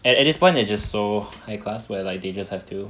and at this point it's just so high class where like they just have to